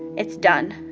it's done.